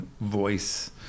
voice